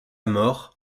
mort